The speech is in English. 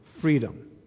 freedom